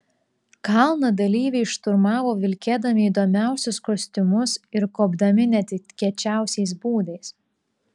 kalną dalyviai šturmavo vilkėdami įdomiausius kostiumus ir kopdami netikėčiausiais būdais